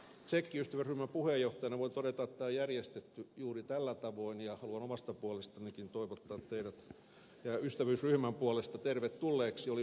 tsekki ystävyysryhmän puheenjohtajana voin todeta että tämä on järjestetty juuri tällä tavoin ja haluan omasta ja ystävyysryhmän puolesta toivottaa teidät tervetulleiksi